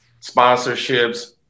sponsorships